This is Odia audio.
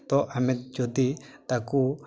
ତ ଆମେ ଯଦି ତାକୁ